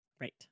Right